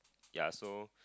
ya so